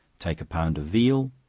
take a pound of veal,